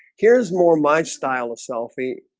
here's more my style of selfie